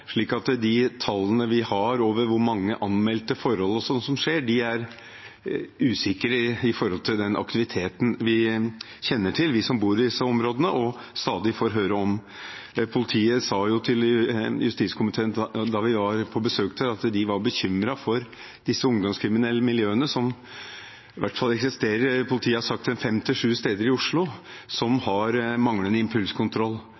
slik at de tallene vi har over anmeldte forhold, er usikre i forhold til den aktiviteten vi som bor i disse områdene, kjenner til og stadig får høre om. Politiet sa til justiskomiteen da vi var på besøk der, at de var bekymret for disse ungdomskriminelle miljøene. Politiet har sagt at disse miljøene i hvert fall eksisterer fem til sju steder i Oslo,